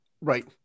Right